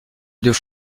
deux